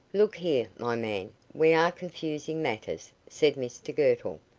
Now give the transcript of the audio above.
look here, my man, we are confusing matters, said mr girtle.